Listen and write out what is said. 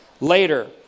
Later